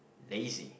lazy